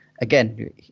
again